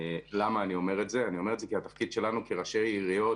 אני אומר את זה כי התפקיד שלנו כראשי עיריות